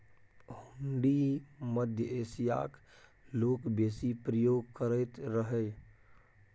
हुंडी मध्य एशियाक लोक बेसी प्रयोग करैत रहय